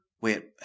wait